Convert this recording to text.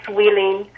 willing